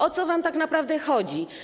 O co wam tak naprawdę chodzi?